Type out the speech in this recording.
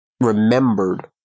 remembered